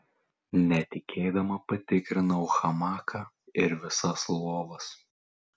netikėdama patikrinau hamaką ir visas lovas